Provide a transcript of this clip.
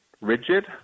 rigid